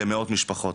באמת בהמון משפחות.